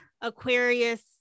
Aquarius